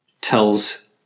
tells